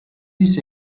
this